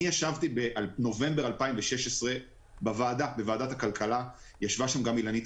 אני ישבתי בנובמבר 2016 בוועדת הכלכלה וישבה גם אילנית